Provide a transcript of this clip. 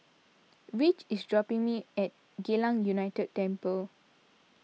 Ridge is dropping me at Geylang United Temple